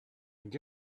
and